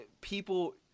people